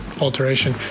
alteration